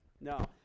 No